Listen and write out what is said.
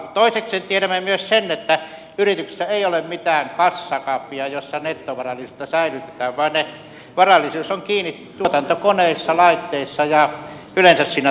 toiseksi tiedämme myös sen että yrityksissä ei ole mitään kassakaappia jossa nettovarallisuutta säilytetään vaan varallisuus on kiinni tuotantokoneissa laitteissa ja yleensä siinä toiminnassa